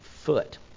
foot